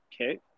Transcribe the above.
Okay